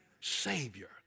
Savior